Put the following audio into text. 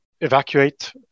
evacuate